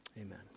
Amen